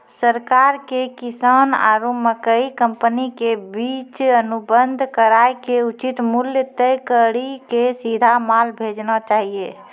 सरकार के किसान आरु मकई कंपनी के बीच अनुबंध कराय के उचित मूल्य तय कड़ी के सीधा माल भेजना चाहिए?